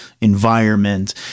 environment